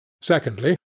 Secondly